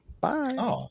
bye